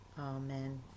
Amen